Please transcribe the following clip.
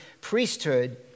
priesthood